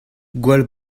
gwall